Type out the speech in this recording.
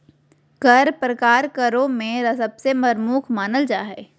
कर प्रकार करों में सबसे प्रमुख मानल जा हय